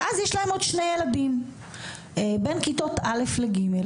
ואז יש להם עוד שני ילדים, בין כיתות א' ל-ג'.